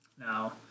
now